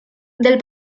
del